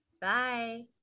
bye